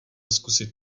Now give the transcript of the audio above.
zkusit